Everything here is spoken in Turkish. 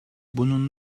bunun